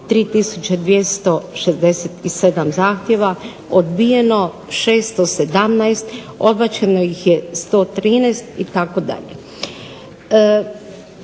3267 zahtjeva, odbijeno 617, odbačeno je 113 itd.